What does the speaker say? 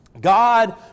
God